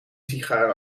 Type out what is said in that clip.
sigaren